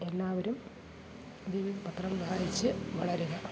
എല്ലാവരും ദീപിക പത്രം വായിച്ചു വളരുക